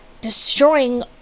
destroying